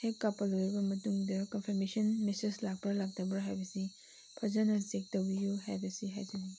ꯍꯦꯛ ꯀꯥꯞꯄ ꯂꯣꯏꯕ ꯃꯇꯨꯡꯗ ꯀꯞꯐꯥꯔꯃꯦꯁꯟ ꯃꯦꯁꯦꯖ ꯂꯥꯛꯄ꯭ꯔꯥ ꯂꯥꯛꯇꯕ꯭ꯔꯥ ꯍꯥꯏꯕꯁꯤ ꯐꯖꯅ ꯆꯦꯛ ꯇꯧꯕꯤꯌꯨ ꯍꯥꯏꯕꯁꯤ ꯍꯥꯏꯖꯅꯤꯡꯏ